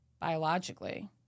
biologically